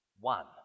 one